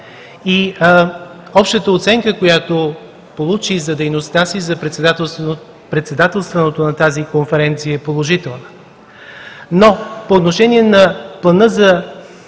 Общата оценка, която получи за дейността си за председателстването на тази конференция, е положителна. Но по отношение на Плана за